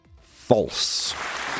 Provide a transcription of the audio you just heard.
false